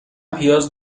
پیاز